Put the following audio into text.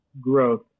growth